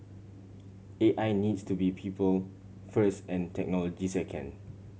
A I needs to be people first and technology second